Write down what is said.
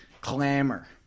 clamor